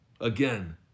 Again